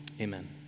amen